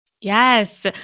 Yes